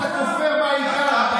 אתה כופר בעיקר.